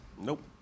Nope